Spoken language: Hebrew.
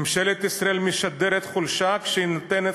ממשלת ישראל משדרת חולשה כשהיא נותנת